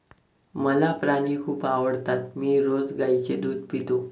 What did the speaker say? मला प्राणी खूप आवडतात मी रोज गाईचे दूध पितो